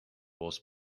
was